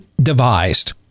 devised